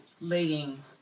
laying